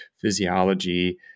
physiology